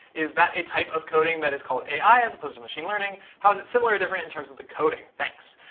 is that a type of coding that is called ai as opposed to machine learning? how is it similar or different in terms of the coding? thanks.